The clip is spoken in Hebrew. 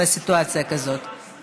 בסיטואציה כזאת.